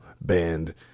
band